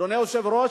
אדוני היושב-ראש,